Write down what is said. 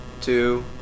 two